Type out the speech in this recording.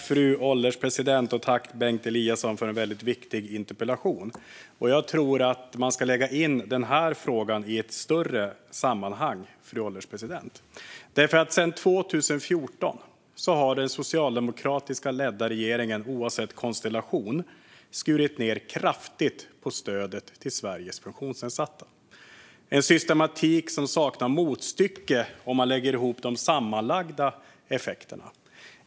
Fru ålderspresident! Tack, Bengt Eliasson, för en väldigt viktig interpellation! Jag tycker att man ska se den här frågan i ett större sammanhang. Sedan 2014 har den socialdemokratiskt ledda regeringen, oavsett konstellation, skurit ned kraftigt på stödet till Sveriges funktionsnedsatta. Det är en systematik som saknar motstycke om man lägger ihop de sammanlagda effekterna.